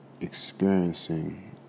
Experiencing